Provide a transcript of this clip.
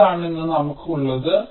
ഇതാണ് ഇന്ന് നമുക്കുള്ളത്